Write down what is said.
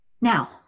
Now